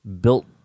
built